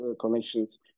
connections